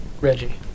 Reggie